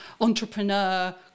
entrepreneur